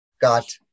got